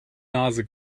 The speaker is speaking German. nase